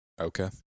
Okay